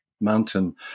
mountain